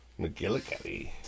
McGillicuddy